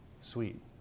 sweet